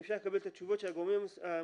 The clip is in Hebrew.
אם אפשר לקבל את התשובות של הגורמים המוסמכים.